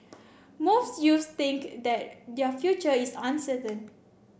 most youths think that their future is uncertain